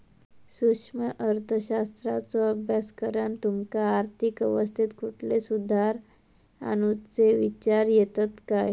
सूक्ष्म अर्थशास्त्राचो अभ्यास करान तुमका आर्थिक अवस्थेत कुठले सुधार आणुचे विचार येतत काय?